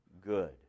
good